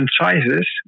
sizes